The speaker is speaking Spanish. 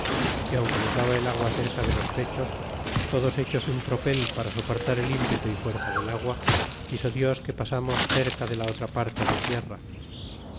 y aunque nos daba el agua cerca de los pechos todos hechos un tropel para soportar el ímpetu y fuerza del agua quiso dios que pasamos cerca de la otra parte de tierra